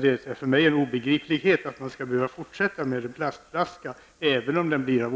Det är för mig en obegriplighet att man skall fortsätta att använda en plastflaska även om den är av